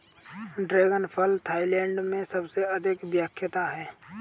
dragon फल Thailand में सबसे अधिक विख्यात है